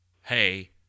hey